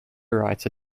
writes